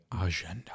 agenda